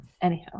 anyhow